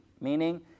meaning